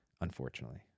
Unfortunately